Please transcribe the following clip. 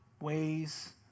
ways